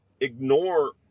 ignore